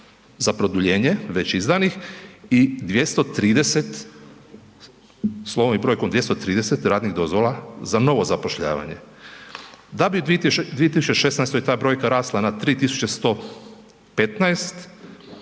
za produljenje već izdanih i 230 slovom i brojkom 230 radnih dozvola za novo zapošljavanje, da bi u 2016. ta brojka rasla na 3.115,